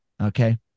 okay